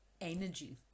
energy